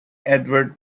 edward